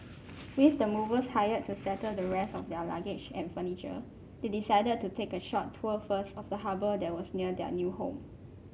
with the movers hired to settle the rest of their luggage and furniture they decided to take a short tour first of the harbour that was near their new home